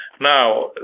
Now